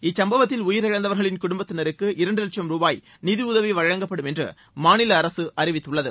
இச்சுப்பவத்தில் உயிரிழந்தவரின் குடும்பத்தினருக்கு இரண்டு வட்சும் ரூபாய் நிதியுதவி வழங்கப்படும் என்று மாநில அரசு அறிவித்துள்ளது